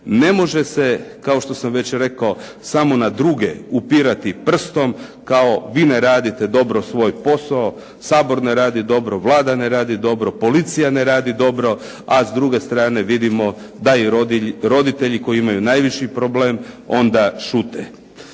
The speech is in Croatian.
Ne može se kao što sam već rekao, samo na druge upirati prstom, kao vi ne radite dobro svoj posao, Sabor ne radi dobro, Vlada ne radi dobro, policija ne radi dobro, a s druge strane vidimo da i roditelji koji imaju najveći problem onda šute.